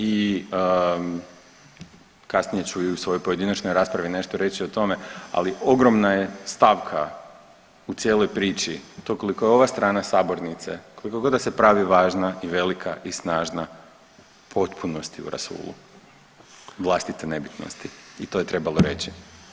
I kasnije ću svojoj pojedinačnoj raspravi nešto reći o tome, ali ogromna je stavka u cijeloj priči to koliko je ova strana sabornice koliko god da se pravi važna i velika i snažna u potpunosti je u rasulu vlastite nebitnosti i to je trebalo reći.